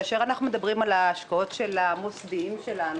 כאשר אנחנו מדברים על ההשקעות של המוסדיים שלנו,